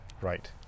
right